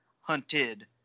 hunted